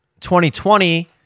2020